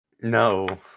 No